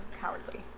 cowardly